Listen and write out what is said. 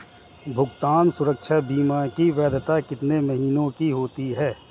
भुगतान सुरक्षा बीमा की वैधता कितने महीनों की होती है?